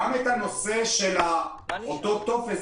גם את הנושא של אותו טופס,